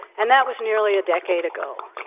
and that was nearly a decade ago.